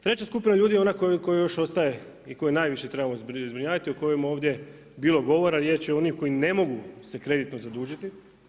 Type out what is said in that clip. Treća skupina ljudi je ona koja još ostaje i koju najviše trebamo zbrinjavati o kojima je ovdje bilo govora, riječ je o onima koji ne mogu se kreditno zadužiti.